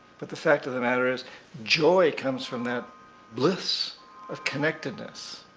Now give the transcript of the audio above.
but the fact of the matter is joy comes from that bliss of connectedness.